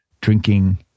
drinking